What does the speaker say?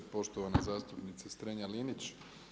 Poštovana zastupnice Strenja Linić.